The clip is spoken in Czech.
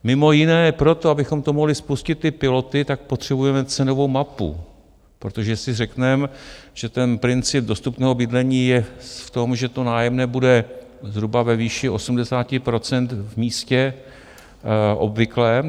Mimo jiné proto, abychom to mohli spustit ty piloty, tak potřebujeme cenovou mapu, protože si řekneme, že ten princip dostupného bydlení je v tom, že to nájemné bude zhruba ve výši 80 % v místě obvyklém.